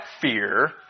fear